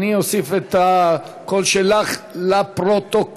אוסיף את הקול שלך לפרוטוקול.